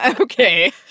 Okay